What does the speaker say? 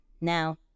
now